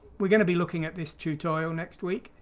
we're going to be looking at this tutorial next week.